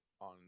on